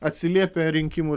atsiliepia rinkimų